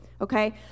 okay